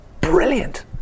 brilliant